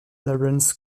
lawrence